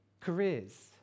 careers